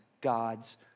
God's